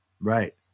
Right